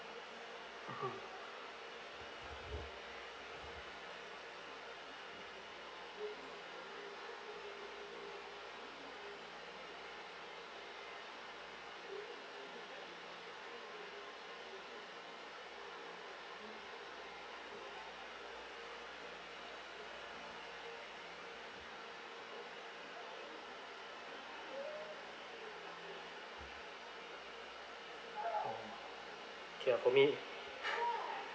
mmhmm okay ah for me